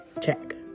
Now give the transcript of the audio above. Check